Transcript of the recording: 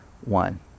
one